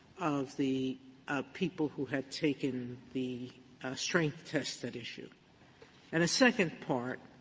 of the people who had taken the strength test at issue and a second part,